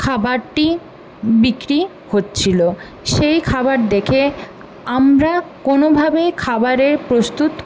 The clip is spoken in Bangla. খাবারটি বিক্রি হচ্ছিল সেই খাবার দেখে আমরা কোনোভাবে খাবারের প্রস্তুত